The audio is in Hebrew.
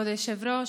כבוד היושב-ראש,